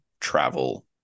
travel